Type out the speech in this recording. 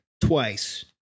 twice